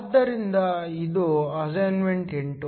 ಆದ್ದರಿಂದ ಇದು ಅಸೈನ್ಮೆಂಟ್ 8